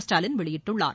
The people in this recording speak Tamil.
ஸ்டாலின் வெளியிட்டுள்ளார்